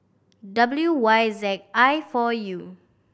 W Y Z I four U